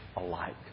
alike